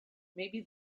maybe